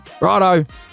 Righto